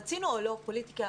רצינו או לא פוליטיקה,